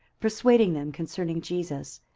persuading them concerning jesus,